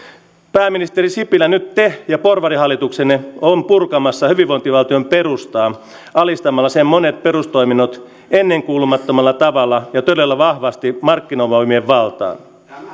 pääministeri sipilä nyt te ja porvarihallituksenne olette purkamassa hyvinvointivaltion perustaa alistamalla sen monet perustoiminnot ennenkuulumattomalla tavalla ja todella vahvasti markkinavoimien valtaan